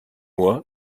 moi